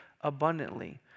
abundantly